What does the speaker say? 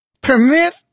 Permit